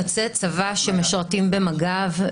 יוצאי צבא שמשרתים במג"ב,